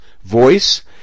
voice